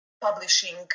publishing